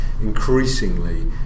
increasingly